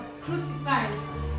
crucified